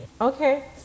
Okay